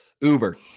Uber